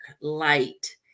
light